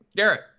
Garrett